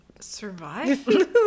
survive